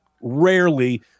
rarely